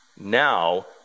Now